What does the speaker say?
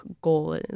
goal